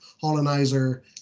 colonizer